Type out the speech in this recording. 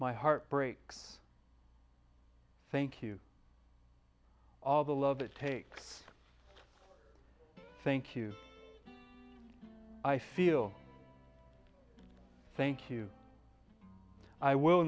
my heart breaks thank you all the love it takes thank you i feel thank you i will